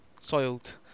Soiled